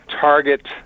Target